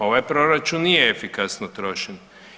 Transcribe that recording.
Ovaj proračun nije efikasno trošen.